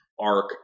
arc